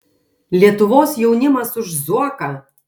lietuvos jaunimas už zuoką